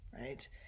right